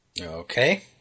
Okay